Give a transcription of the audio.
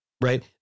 right